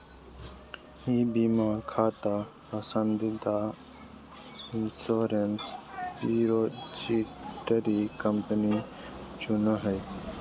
ई बीमा खाता पसंदीदा इंश्योरेंस रिपोजिटरी कंपनी चुनो हइ